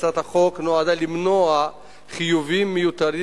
הצעת החוק נועדה למנוע חיובים מיותרים,